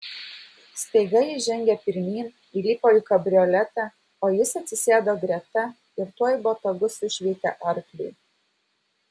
staiga ji žengė pirmyn įlipo į kabrioletą o jis atsisėdo greta ir tuoj botagu sušveitė arkliui